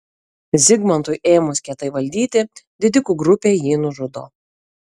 zigmantui ėmus kietai valdyti didikų grupė jį nužudo